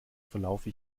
verlaufe